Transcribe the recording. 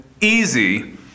easy